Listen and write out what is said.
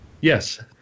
Yes